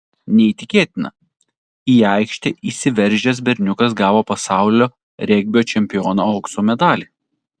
neįtikėtina į aikštę įsiveržęs berniukas gavo pasaulio regbio čempiono aukso medalį